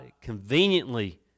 conveniently